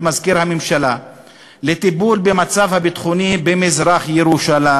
מזכיר הממשלה לטיפול במצב הביטחוני במזרח-ירושלים.